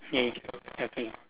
ya ya okay